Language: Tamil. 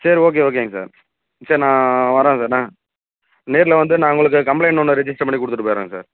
சரி ஓகே ஓகேங்க சார் சரி நா வர்றேன் சார் நான் நேரில் வந்து நான் உங்களுக்கு கம்ப்ளைண்ட் ஒன்று ரிஜிஸ்டர் பண்ணி கொடுத்துட்டு போய்ட்றேங்க சார்